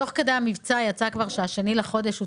תוך כדי המבצע נאמר שה-2 לחודש הוא